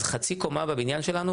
אז חצי קומה בבניין שלנו,